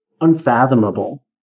unfathomable